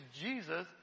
Jesus